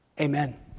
Amen